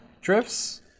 drifts